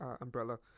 umbrella